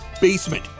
BASEMENT